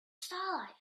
starlight